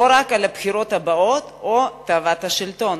לא רק על הבחירות הבאות או תאוות השלטון,